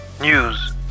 news